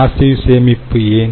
passive சேமிப்பு ஏன்